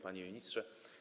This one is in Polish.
Panie Ministrze!